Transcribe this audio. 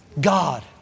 God